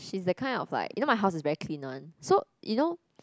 she's that kind of like you know my house is very clean one so you know